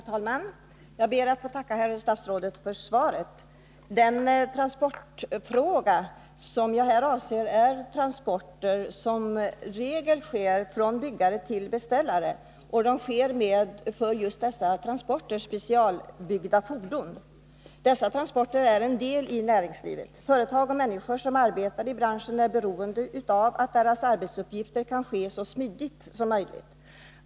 Herr talman! Jag ber att få tacka herr statsrådet för svaret. Den transportfråga som jag avser, gäller sådana transporter som i regel sker från byggare till beställare och som sker med för dessa transporter specialbyggda fordon. Dessa transporter är en del i näringslivet. Företag och människor som arbetar i branschen är beroende av att deras arbetsuppgifter kan ske så smidigt som möjligt.